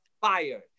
fired